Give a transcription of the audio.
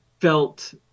felt